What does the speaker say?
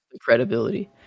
credibility